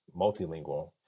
multilingual